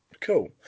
Cool